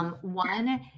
One